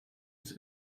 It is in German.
ist